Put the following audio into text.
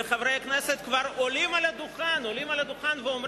וחברי הכנסת כבר עולים על הדוכן ואומרים,